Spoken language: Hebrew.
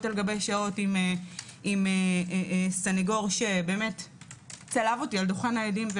על שעות עם סנגור שצלב אותי על דוכן העדים.